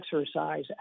exercise